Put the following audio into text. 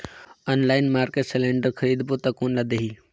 Online market cylinder खरीदबो ता कोन ला देही?